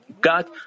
God